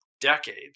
decades